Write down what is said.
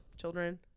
children